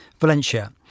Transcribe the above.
Valencia